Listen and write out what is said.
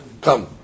come